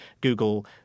Google